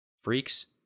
Freaks